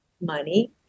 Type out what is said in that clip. money